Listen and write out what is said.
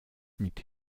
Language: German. mit